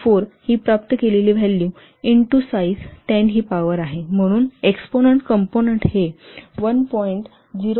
94 ची प्राप्त केलेली व्हॅल्यू इंटू साईज 10 ही पॉवर आहे म्हणून एक्सपोनंन्ट कंपोनंन्ट 1